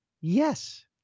Yes